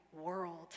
world